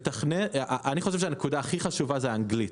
אני חושב שהנקודה הכי חשובה זה אנגלית,